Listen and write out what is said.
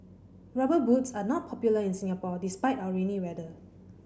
Rubber Boots are not popular in Singapore despite our rainy weather